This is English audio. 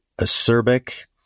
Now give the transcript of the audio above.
acerbic